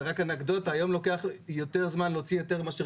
אנקדוטה היום לוקח יותר זמן להוציא היתר מאשר